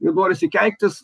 ir norisi keiktis